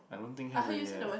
I don't think have already eh